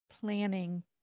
planning